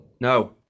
No